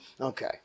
Okay